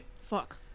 Fuck